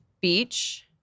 beach